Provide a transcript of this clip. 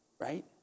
Right